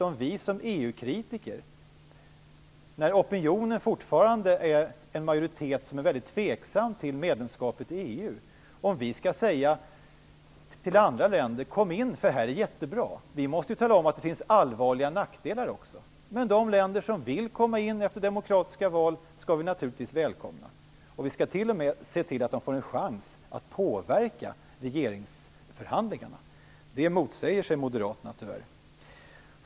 Men eftersom opinionen fortfarande utgör en majoritet som är väldigt tveksam till medlemskapet i EU, vore det väl väldigt konstigt om vi som EU-kritiker skulle säga till andra länder: Kom in, för här är jättebra. Vi måste ju tala om att det finns allvarliga nackdelar också. Men de länder som vill gå med efter demokratiska val skall vi naturligtvis välkomna. Vi skall t.o.m. se till att de får en chans att påverka regeringsförhandlingarna. Det motsätter sig Moderaterna tyvärr.